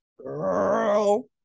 girl